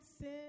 sin